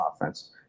offense